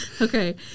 Okay